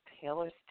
Taylor's